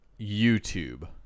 youtube